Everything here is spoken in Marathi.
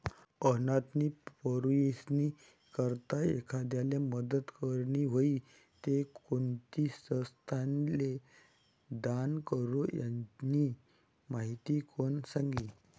अनाथ पोरीस्नी करता एखांदाले मदत करनी व्हयी ते कोणती संस्थाले दान करो, यानी माहिती कोण सांगी